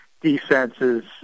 defenses